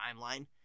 timeline